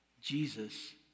Jesus